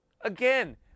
Again